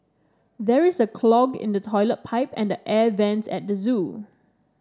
there is a clog in the toilet pipe and air vents at the zoo